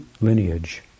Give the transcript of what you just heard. lineage